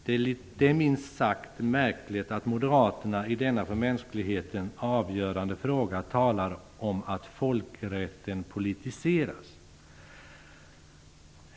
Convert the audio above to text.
Det är minst sagt märkligt att moderaterna i denna för mänskligheten avgörande fråga talar om att folkrätten politiseras.